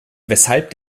weshalb